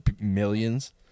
millions